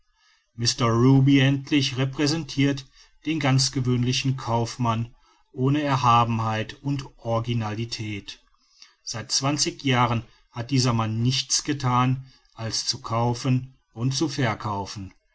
ruby endlich repräsentirt den ganz gewöhnlichen kaufmann ohne erhabenheit und originalität seit zwanzig jahren hat dieser mann nichts gethan als zu kaufen und zu verkaufen